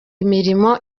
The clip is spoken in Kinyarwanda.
imirimo